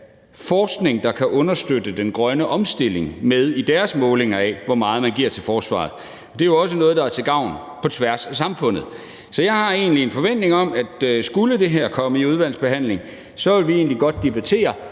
forskning, der kan understøtte den grønne omstilling, med i deres målinger af, hvor meget man giver til forsvaret, og det er jo også noget, der er til gavn på tværs af samfundet. Så jeg har egentlig en forventning om, at skulle det her komme i udvalgsbehandling, vil vi godt debattere,